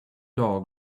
dog